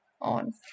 on